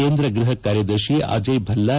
ಕೇಂದ್ರ ಗ್ವಹ ಕಾರ್ಯದರ್ಶಿ ಅಜಯ್ ಭಲ್ಲಾ